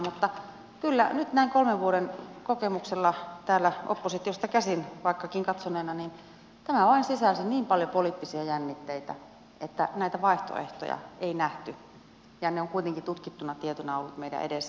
mutta kyllä nyt näin kolmen vuoden kokemuksella vaikkakin täällä oppositiosta käsin katsoneena tämä vain sisälsi niin paljon poliittisia jännitteitä että näitä vaihtoehtoja ei nähty ja ne ovat kuitenkin tutkittuna tietona olleet meidän edessä